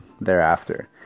thereafter